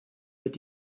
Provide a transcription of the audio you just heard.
mit